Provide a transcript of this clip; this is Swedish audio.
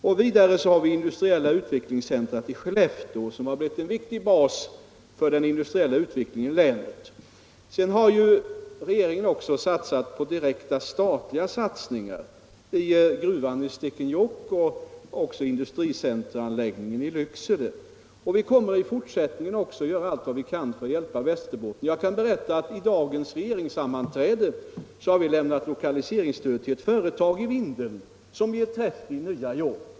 Vidare har vi inrättat ett industriellt utvecklingscentrum i Skellefteå, som blivit en viktig bas för den industriella utvecklingen i länet. Vidare har regeringen gjort direkta statliga satsningar i gruvan i Stekenjokk liksom i industricenteranläggningen i Lycksele. Vi kommer också i fortsättningen att göra allt vad vi kan för att hjälpa Västerbotten. Jag kan nämna att vi vid dagens regeringssammanträde har beviljat lokaliseringsstöd till ett företag i Vindeln, som ger 30 nya jobb.